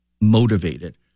motivated